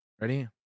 Ready